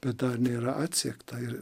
be dar nėra atsiekta ir